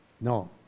No